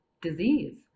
disease